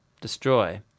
destroy